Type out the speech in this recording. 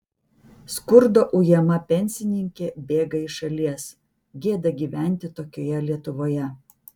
skurdo ujama pensininkė bėga iš šalies gėda gyventi tokioje lietuvoje